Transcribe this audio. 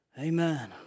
Amen